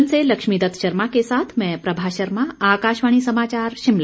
सोलन से लक्ष्मीदत्त शर्मा के साथ मैं प्रभा शर्मा आकाशवाणी समाचार शिमला